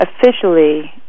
officially